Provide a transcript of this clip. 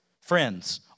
Friends